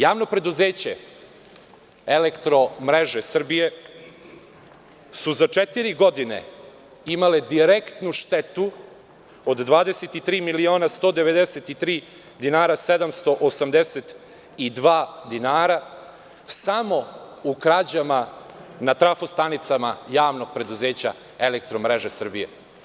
Javno preduzeće „Elektromreže Srbije“ su za četiri godine imale direktnu štetu od 23.193.782 dinara samo u krađamo na trafo stanicama Javnog preduzeća „Elektromreže Srbije“